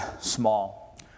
small